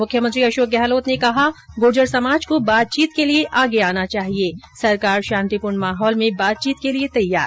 मुख्यमंत्री अशोक गहलोत ने कहा गुर्जर समाज को बातचीत के लिये आगे आना चाहिये सरकार शांतिपूर्ण माहौल में बातचीत के लिये तैयार